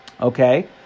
Okay